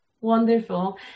Wonderful